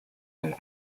and